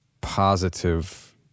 positive